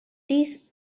these